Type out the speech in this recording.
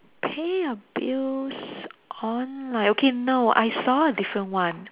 pay your bills online okay no I saw a different one